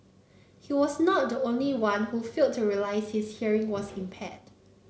he was not the only one who failed to realise his hearing was impaired